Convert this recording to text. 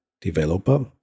developer